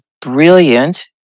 brilliant